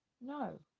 No